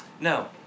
No